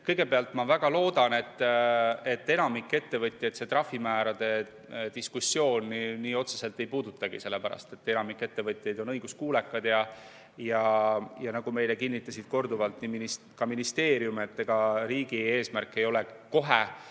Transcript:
kõigepealt ma väga loodan, et enamikku ettevõtjaid see trahvimäärade diskussioon nii otseselt ei puudutagi, sellepärast et enamik ettevõtjaid on õiguskuulekad. Nagu meile kinnitas korduvalt ka ministeerium, siis ega riigi eesmärk ei ole kohe